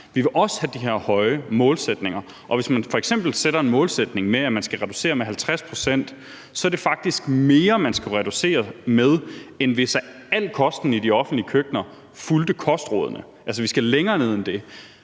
Vi vil også have de har høje målsætninger, og hvis man f.eks. sætter en målsætning om, at man skal reducere med 50 pct., så er det faktisk mere, man skal reducere med, end hvis al kosten i de offentlige køkkener fulgte kostrådene. Altså, vi skal længere ned end det.